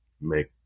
make